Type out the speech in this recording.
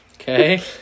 Okay